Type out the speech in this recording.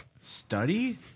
study